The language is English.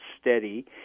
steady